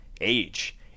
Age